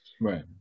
Right